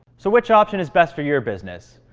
so which option is best for your business?